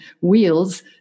wheels